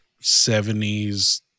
70s